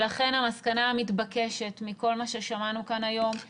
לכן המסקנה המתבקשת מכל מה ששמענו כאן היום היא